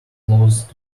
closed